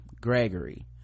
gregory